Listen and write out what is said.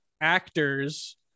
actors